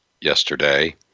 yesterday